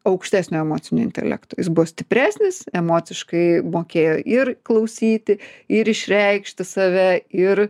aukštesnio emocinio intelekto jis buvo stipresnis emociškai mokėjo ir klausyti ir išreikšti save ir